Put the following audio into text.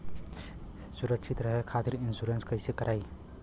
सुरक्षित रहे खातीर इन्शुरन्स कईसे करायी?